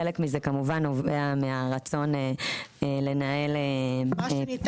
חלק מזה כמובן נובע מהרצון לנהל פרטיות.